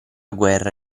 guerra